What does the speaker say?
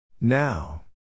Now